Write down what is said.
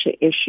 issue